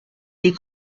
die